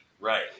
Right